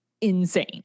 insane